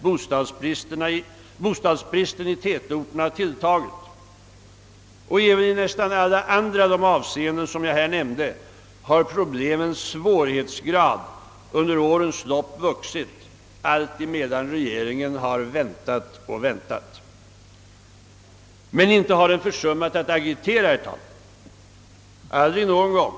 Bostadsbristen i tätorterna har tilltagit och även i nästan alla andra avseenden som jag här nämnde har problemens svårighetsgrad under årens lopp vuxit medan regeringen väntat och väntat. Men den har inte försummat att agitera, herr talman, aldrig någon gång.